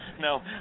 No